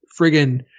friggin